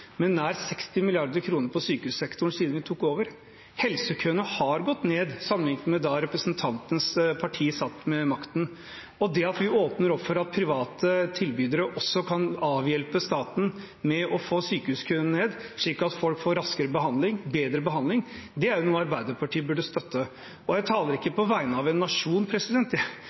med nær 60 mrd. kr siden vi tok over. Helsekøene har gått ned sammenlignet med da representantens parti satt med makten. Det at vi åpner opp for at private tilbydere kan avhjelpe staten med å få sykehuskøene ned, slik at folk får raskere og bedre behandling, er noe Arbeiderpartiet burde støtte. Jeg taler ikke på vegne av en nasjon